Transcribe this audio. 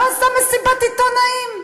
לא עשה מסיבת עיתונאים?